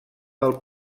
del